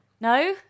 No